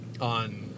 On